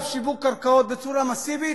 שיווק קרקעות בצורה מסיבית,